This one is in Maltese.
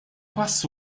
pass